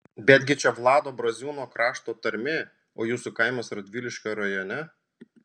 betgi čia vlado braziūno krašto tarmė o jūsų kaimas radviliškio rajone